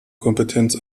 kompetenz